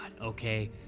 okay